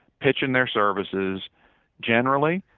pitching their services generally,